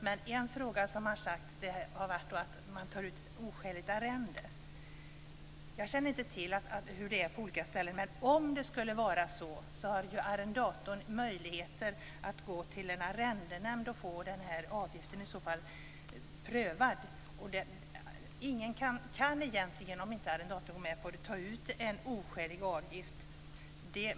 Men en sak som har påståtts är att oskäligt arrende tas ut. Jag känner inte till hur det är på olika ställen i landet. Men om det tas ut för högt arrende så har arrendatorn möjlighet att gå till en arrendenämnd och få avgiften prövad. Ingen kan, om inte arrendatorn går med på det, ta ut en oskälig avgift.